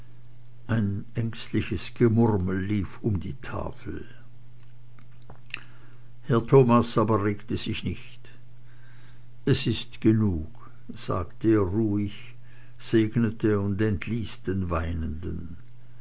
ein ängstliches gemurmel lief um die tafel herr thomas aber regte sich nicht es ist genug sagte er ruhig segnete und entließ den weinenden